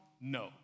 no